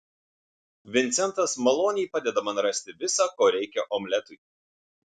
vincentas maloniai padeda man rasti visa ko reikia omletui